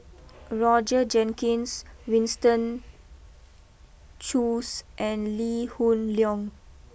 Roger Jenkins Winston Choos and Lee Hoon Leong